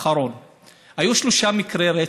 שלוש דקות לרשותך.